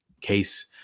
case